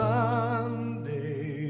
Sunday